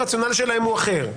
הרציונל שלהם הוא אחר.